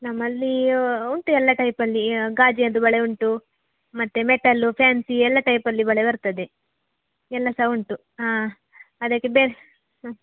ನಮ್ಮಲ್ಲಿ ಉಂಟು ಎಲ್ಲ ಟೈಪಲ್ಲಿ ಗಾಜಿನದ್ದು ಬಳೆ ಉಂಟು ಮತ್ತು ಮೆಟಲ್ಲು ಫ್ಯಾನ್ಸಿ ಎಲ್ಲ ಟೈಪಲ್ಲಿ ಬಳೆ ಬರ್ತದೆ ಎಲ್ಲ ಸಹ ಉಂಟು ಹಾಂ ಅದಕ್ಕೆ ಬೇರೆ ಹ್ಞೂ